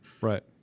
Right